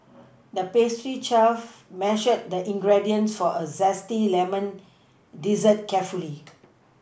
the pastry chef measured the ingredients for a zesty lemon dessert carefully